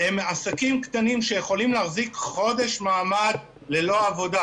הם עסקים קטנים שיכולים להחזיק מעד חודש ללא עבודה.